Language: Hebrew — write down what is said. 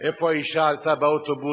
איפה האשה עלתה לאוטובוס,